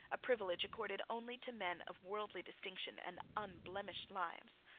a privilege accorded only to men of worldly distinction and unblemished lives.